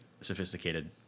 sophisticated